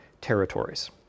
territories